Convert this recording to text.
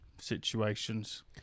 situations